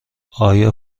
آیا